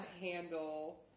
handle